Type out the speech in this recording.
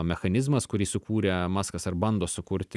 mechanizmas kurį sukūrė maskas ar bando sukurti